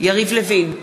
יריב לוין,